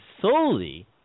solely